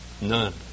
none